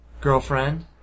girlfriend